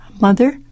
Mother